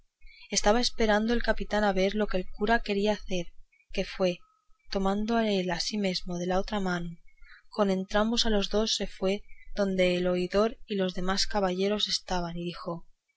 estaba esperando el capitán a ver lo que el cura quería hacer que fue que tomándole a él asimesmo de la otra mano con entrambos a dos se fue donde el